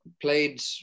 played